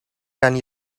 kan